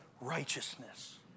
righteousness